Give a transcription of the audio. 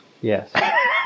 Yes